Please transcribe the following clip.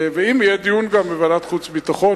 אם יהיה גם דיון בוועדת החוץ והביטחון,